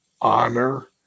honor